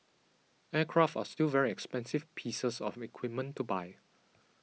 aircraft are still very expensive pieces of equipment to buy